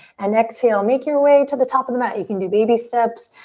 and exhale, make your way to the top of the mat. you can do baby steps,